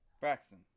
Braxton